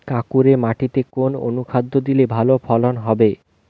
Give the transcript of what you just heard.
কাঁকুরে মাটিতে কোন অনুখাদ্য দিলে ভালো ফলন হবে?